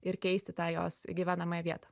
ir keisti tą jos gyvenamąją vietą